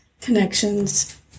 connections